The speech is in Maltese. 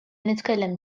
nitkellem